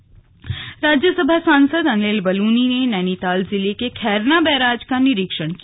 slug Anil Baluni Rajya Sabha सांसद अनिल बलूनी ने नैनीताल जिले के खैरना बैराज का निरीक्षण किया